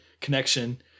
connection